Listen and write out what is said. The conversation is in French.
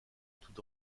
tout